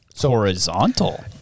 Horizontal